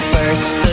First